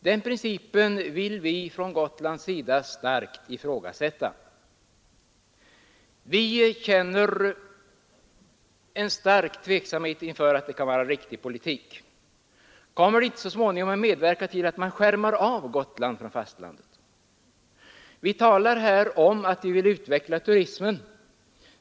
Den principen vill vi från Gotlands sida ifrågasätta. Vi känner tveksamhet inför denna politik. Kommer den inte så småningom att medverka till att man skärmar av Gotland från fastlandet? Vi talar ofta om att vi vill utveckla turismen i vårt land.